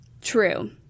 True